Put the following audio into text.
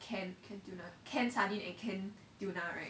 can can can canned sardine can do